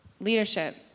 Leadership